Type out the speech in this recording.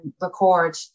record